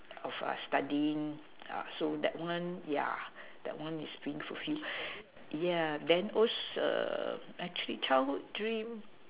of like studying uh so that one yeah that one is dream fulfilled yeah then also actually childhood dream